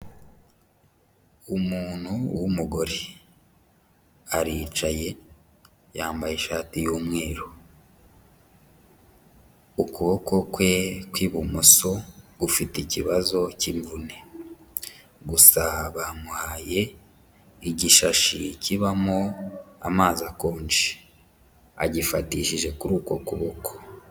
Umuntu w'umugore, aricaye, yambaye ishati y'umweru, ukuboko kwe kw'ibumoso gufite ikibazo cy'imvune, gusa bamuhaye igishashi kibamo amazi akonje. Agifatishije kuri uko kuboko.